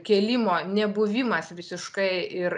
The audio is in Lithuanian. kėlimo nebuvimas visiškai ir